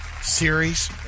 series